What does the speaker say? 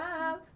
Love